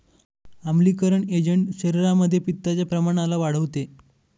आम्लीकरण एजंट शरीरामध्ये पित्ताच्या प्रमाणाला वाढवते